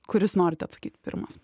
kuris nori atsakyt pirmas